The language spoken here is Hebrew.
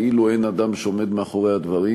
כאילו אין אדם מאחורי הדברים.